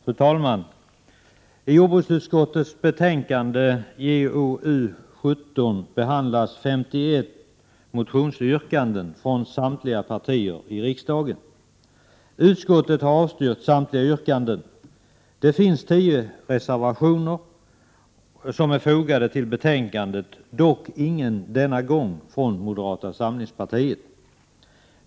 Fru talman! I jordbruksutskottets betänkande JoU17 behandlas 51 motioner från samtliga partier i riksdagen. Utskottet har avstyrkt samtliga ingen denna gång från moderata samlingspartiet.